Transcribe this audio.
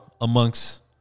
amongst